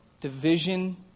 division